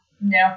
No